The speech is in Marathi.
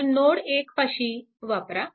तर नोड 1 पाशी वापरा